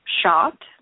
shocked